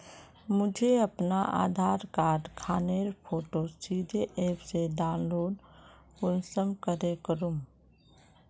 मुई अपना आधार कार्ड खानेर फोटो सीधे ऐप से डाउनलोड कुंसम करे करूम?